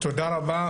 תודה רבה,